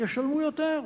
ישלמו יותר.